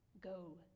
go